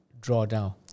drawdown